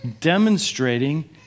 demonstrating